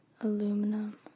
aluminum